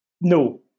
No